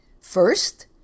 first